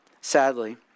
Sadly